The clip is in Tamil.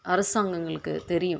அரசாங்கங்களுக்கு தெரியும்